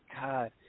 god